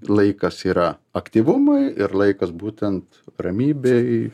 laikas yra aktyvumui ir laikas būtent ramybei